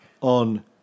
on